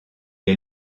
est